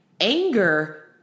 anger